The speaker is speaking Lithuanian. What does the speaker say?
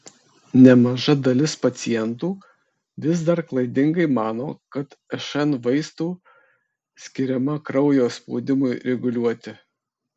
nemaža dalis pacientų vis dar klaidingai mano kad šn vaistų skiriama kraujo spaudimui reguliuoti